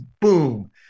boom